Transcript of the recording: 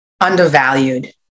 undervalued